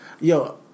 Yo